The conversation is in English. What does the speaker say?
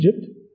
Egypt